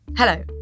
Hello